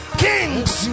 kings